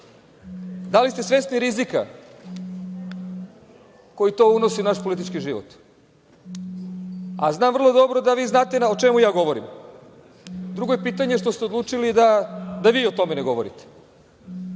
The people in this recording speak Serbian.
da li ste svesni rizika koji to unosi u naš politički život? Znam vrlo dobro da vi znate o čemu govorim. Drugo je pitanje što ste odlučili da vi o tome ne govorite. Ja